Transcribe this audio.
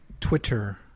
Twitter